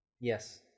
Yes